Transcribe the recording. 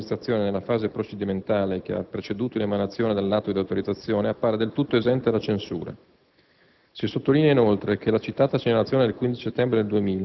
la quale ha espressamente affermato che «l'operato dell'amministrazione nella fase procedimentale che ha preceduto l'emanazione dell'atto di autorizzazione appare del tutto esente da censure.»